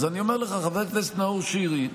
אז אני אומר לך, חבר הכנסת נאור שירי,